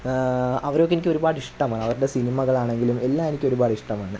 അവരോട് എനിക്ക് ഒരുപാടിഷ്ടമാണ് അവരുടെ സിനിമകളാണെങ്കിലും എല്ലാം എനിക്ക് ഒരുപാട് ഇഷ്ടമാണ്